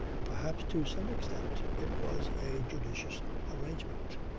perhaps to some extent it was a judicious arrangement.